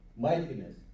Mightiness